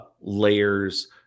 layers